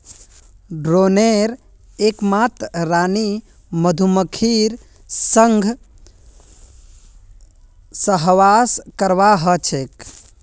ड्रोनेर एकमात रानी मधुमक्खीर संग सहवास करवा ह छेक